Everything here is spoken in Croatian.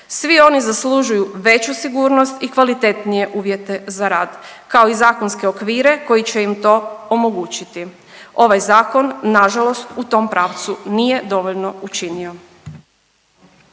Svi oni zaslužuju veću sigurnost i kvalitetnije uvjete za rad kao i zakonske okvire koji će im to omogućiti. Ovaj zakon nažalost u tom pravcu nije dovoljno učinio.